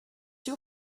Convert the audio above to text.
your